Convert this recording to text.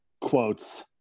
quotes